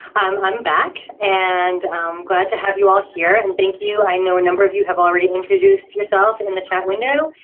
i'm back and glad to have you all here and thank you. i know a number of you have already introduced yourself in the chat window.